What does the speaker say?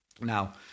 Now